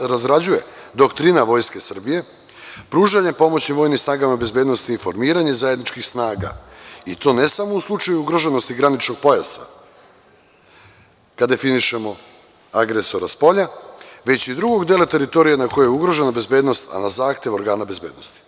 razgrađuje doktrina Vojske Srbije, pružanje pomoći vojnim snagama bezbednosti i formiranja zajedničkih snaga i to ne samo u slučaju ugroženosti graničnog pojasa kada definišemo agresora spolja, već i drugog dela teritorije na kome je ugrožena bezbednost, a na zahtev organa bezbednosti.